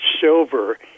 silver